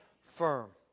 firm